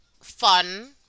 fun